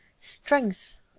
strength